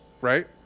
right